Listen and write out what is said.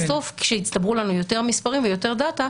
בסוף כשהצטברו לנו יותר מספרים ויותר דאטה,